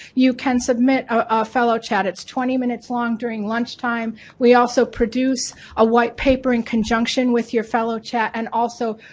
you can submit a fellow chat, it's twenty minutes long during lunchtime, we also produce a white paper in conjunction with your fellow chat and also